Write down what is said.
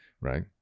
right